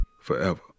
forever